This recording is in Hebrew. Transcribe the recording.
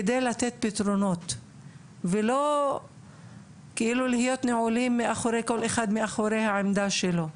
כדי לתת פתרונות ולא להיות נעולים כל אחד מאחורי העמדה שלו.